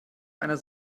einer